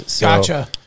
Gotcha